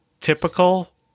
typical